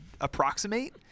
approximate